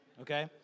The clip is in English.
okay